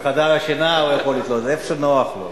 בחדר השינה הוא יכול לתלות, איפה שנוח לו.